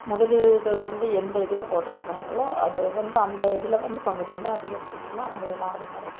முதலீடு வந்து எந்த இதில் போட்டிருக்குறாங்களோ அது வந்து அந்த இதில் வந்து பங்குச் சந்தை அதிகரிச்சிச்சின்னால் அவங்களுக்கு லாபம் கிடைக்கும்